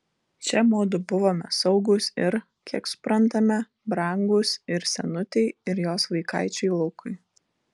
čia mudu buvome saugūs ir kiek suprantame brangūs ir senutei ir jos vaikaičiui lukui